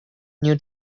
new